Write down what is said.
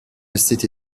city